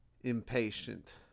Impatient